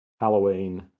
Halloween